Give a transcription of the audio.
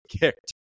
kicked